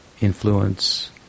influence